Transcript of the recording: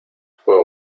fue